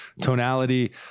tonality